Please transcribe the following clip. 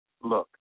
look